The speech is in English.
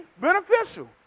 beneficial